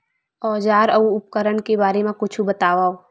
औजार अउ उपकरण के बारे मा कुछु बतावव?